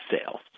sales